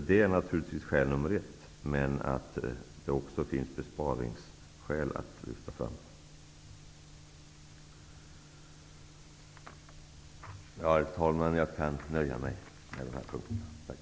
Det är naturligtvis skäl nummer ett. Men det finns också besparingsskäl att lyfta fram. Herr talman! Jag nöjer mig med dessa punkter.